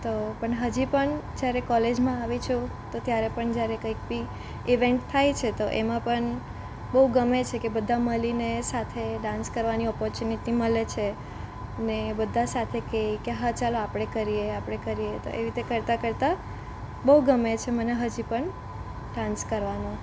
તો પણ હજી પણ જ્યારે કોલેજમાં આવી છું ત્યારે પણ જ્યારે કંઈ બી ઈવેન્ટ થાય છે તો એમાં પણ બહુ ગમે છે કે બધા મળીને સાથે ડાન્સ કરવાની ઓપર્ચ્યુનિટી મળે છે ને બધા સાથે કહે કે હા ચાલો આપણે કરીએ આપણે કરીએ તો એવી રીતે કરતાં કરતાં બહુ ગમે છે મને હજી પણ ડાન્સ કરવાનું